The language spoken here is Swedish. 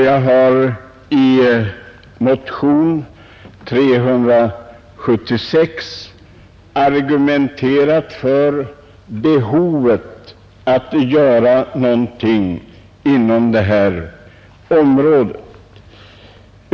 I motionen nr 376 har jag argumenterat för en sådan sammanslagning.